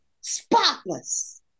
spotless